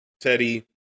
Teddy